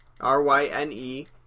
R-Y-N-E